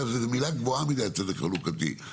זו מילה גבוהה מדי צדק חלוקתי,